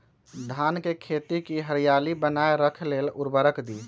धान के खेती की हरियाली बनाय रख लेल उवर्रक दी?